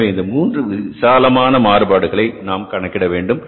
எனவே இந்த மூன்று விசாலமான மாறுபாடுகளை நாம் கணக்கிட வேண்டும்